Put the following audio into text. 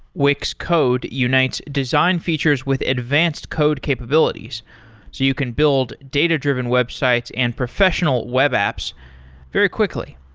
wix code unites design features with advanced code capabilities, so you can build data-driven websites and professional web apps very quickly.